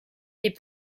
des